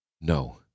No